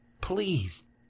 Please